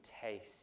taste